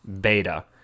Beta